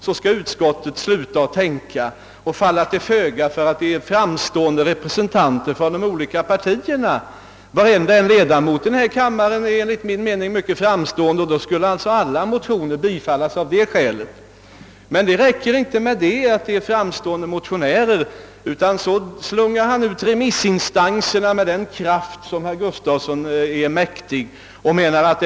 Riksdagen skall alltså falla till föga bara för att det är några framstående företrädare för de olika partierna som står bakom motionen. Varje enskild ledamot av denna kammare är enligt min mening framstående, och om man följde herr Gustafsons princip skulle alltså varje motion som väcks bifallas. Men det är inte nog med att motionärerna är framstående. Herr Gustafson frammanar även bilden av remissinstanserna med all den kraft han är mäk tig.